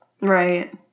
Right